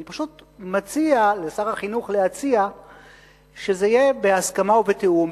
אני פשוט מציע לשר החינוך להציע שזה יהיה בהסכמה ובתיאום,